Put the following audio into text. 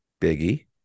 Biggie